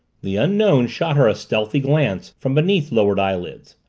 the unknown shot her a stealthy glance from beneath lowered eyelids.